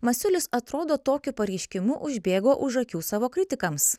masiulis atrodo tokiu pareiškimu užbėgo už akių savo kritikams